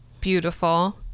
beautiful